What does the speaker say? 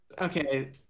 Okay